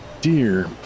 dear